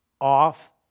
off